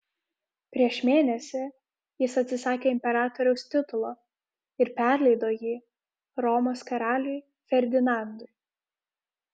prieš mėnesį jis atsisakė imperatoriaus titulo ir perleido jį romos karaliui ferdinandui